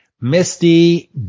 misty